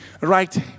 Right